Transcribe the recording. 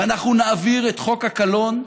ואנחנו נעביר את חוק הקלון,